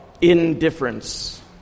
indifference